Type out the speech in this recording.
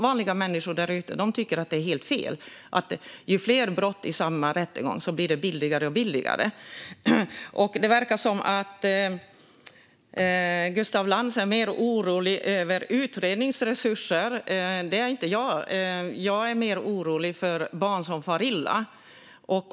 Vanliga människor där ute tycker att det är helt fel att det blir billigare ju fler brott man åtalas för i samma rättegång. Det verkar som att Gustaf Lantz är mer orolig över utredningsresurser. Det är inte jag - jag är mer orolig för barn som far illa.